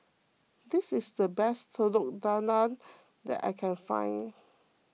this is the best Telur Dadah that I can find